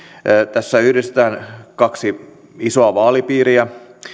tässä yhdistetään kaksi isoa vaalipiiriä